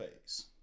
phase